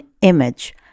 image